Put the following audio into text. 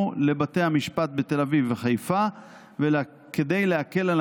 לבתי המשפט בתל אביב ובחיפה וכדי להקל ככל